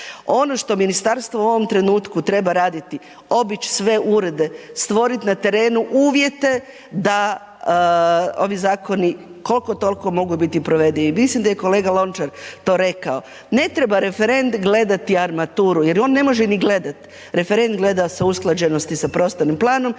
Ono što ministarstvo u ovom trenutku treba raditi: obići sve urede, stvoriti na terenu uvjete da ovi zakoni koliko toliko mogu biti provedivi. Mislim da je i kolega Lončar to rekao ne treba referent gledati armaturu jer ju on ne može niti gledati. Referent gleda sa usklađenosti sa prostornim planom